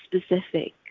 specific